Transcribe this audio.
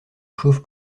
chauffe